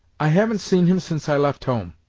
i haven't seen him since i left home